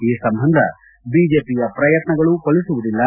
ಈ ಸಂಬಂಧ ಬಿಜೆಪಿಯ ಪ್ರಯತ್ನ ಫಲಿಸುವುದಿಲ್ಲ